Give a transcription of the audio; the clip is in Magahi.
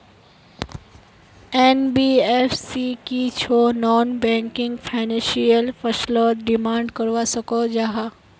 एन.बी.एफ.सी की छौ नॉन बैंकिंग फाइनेंशियल फसलोत डिमांड करवा सकोहो जाहा?